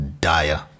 dire